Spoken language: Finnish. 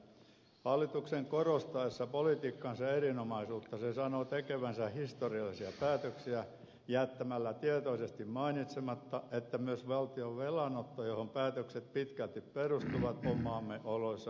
hallituksen korostaessa politiikkansa erinomaisuutta se sanoo tekevänsä historiallisia päätöksiä jättämällä tietoisesti mainitsematta että myös valtion velanotto johon päätökset pitkälti perustuvat on maamme oloissa historiallista